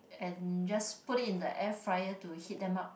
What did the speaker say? and just put it in the air fryer to heat them up